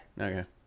Okay